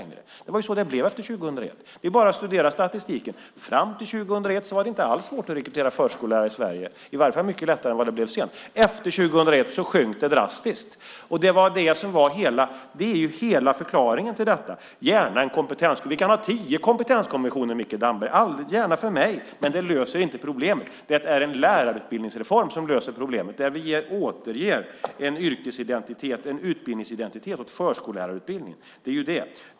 Det blev så efter 2001. Det är bara att studera statistiken. Fram till 2001 var det inte alls svårt att rekrytera förskollärare i Sverige - i alla fall mycket lättare än det blev sedan. Efter 2001 sjönk det drastiskt. Det är hela förklaringen. Vi kan ha tio kompetenskommissioner, Micke Damberg. Gärna för mig! Men det löser inte problemet. Det är en lärarutbildningsreform där vi återger en utbildnings och yrkesidentitet åt förskollärarutbildningen som löser problemet.